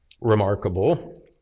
remarkable